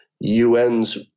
UN's